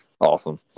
Awesome